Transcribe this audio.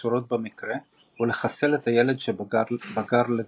הקשורות במקרה ולחסל את הילד שבגר לגבר.